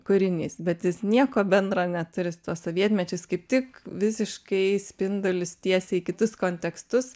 kūrinys bet jis nieko bendro neturi su tuo sovietmečiu jis kaip tik visiškai spindulius tiesiai į kitus kontekstus